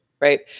right